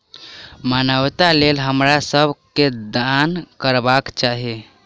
मानवता के लेल हमरा सब के दान करबाक चाही